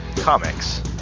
Comics